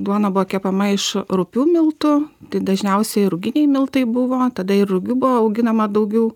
duona buvo kepama iš rupių miltų tai dažniausiai ruginiai miltai buvo tada ir rugių buvo auginama daugiau